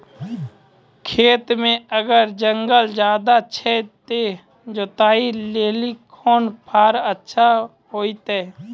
खेत मे अगर जंगल ज्यादा छै ते जुताई लेली कोंन फार अच्छा होइतै?